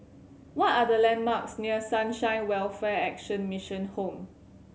what are the landmarks near Sunshine Welfare Action Mission Home